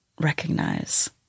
recognize